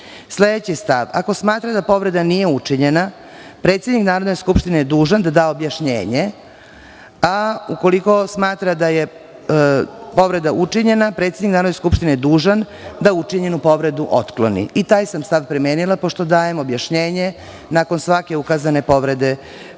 stav – Ako smatra da povreda nije učinjen Predsednik Narodne skupštine je dužan da da objašnjenje, a ukoliko smatra da je povreda učinjena, predsednik Narodne skupštine je dužan da učinjenu povredu otkloni. I taj sam stav primenila, pošto dajem objašnjenje nakon svake ukazane povrede